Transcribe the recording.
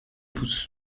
pouce